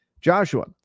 Joshua